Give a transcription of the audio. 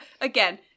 Again